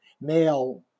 male